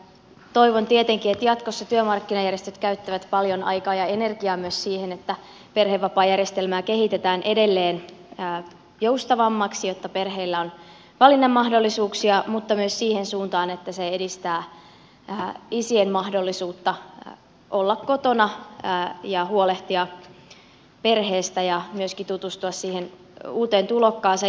toivon tietenkin että jatkossa työmarkkinajärjestöt käyttävät paljon aikaa ja energiaa myös siihen että perhevapaajärjestelmää kehitetään edelleen joustavammaksi jotta perheillä on valinnan mahdollisuuksia mutta myös siihen suuntaan että se edistää isien mahdollisuutta olla kotona ja huolehtia perheestä ja myöskin tutustua siihen uuteen tulokkaaseen